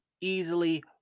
easily